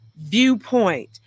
Viewpoint